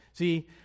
See